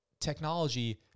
technology